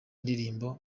ndirimbo